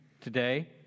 today